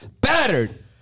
battered